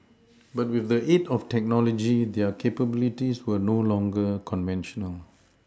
but with the aid of technology their capabilities are no longer conventional